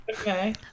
Okay